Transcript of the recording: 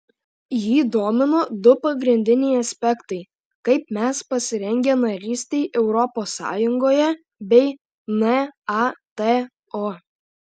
jį domino du pagrindiniai aspektai kaip mes pasirengę narystei europos sąjungoje bei nato